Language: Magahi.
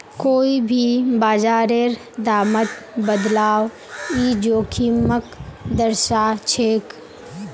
कोई भी बाजारेर दामत बदलाव ई जोखिमक दर्शाछेक